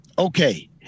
Okay